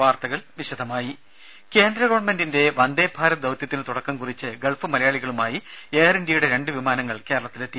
വാർത്തകൾ വിശദമായി കേന്ദ്രഗവൺമെന്റിന്റെ വന്ദേഭാരത് ദൌത്യത്തിന് തുടക്കം കുറിച്ച് ഗൾഫ് മലയാളികളുമായി എയർഇന്ത്യയുടെ രണ്ട് വിമാനങ്ങൾ കേരളത്തിലെത്തി